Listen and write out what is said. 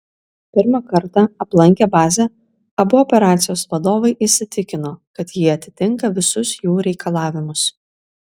pirmą kartą aplankę bazę abu operacijos vadovai įsitikino kad ji atitinka visus jų reikalavimus